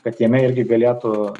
kad jame irgi galėtų